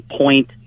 point